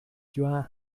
you